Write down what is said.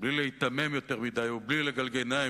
בלי להיתמם יותר מדי ובלי לגלגל עיניים,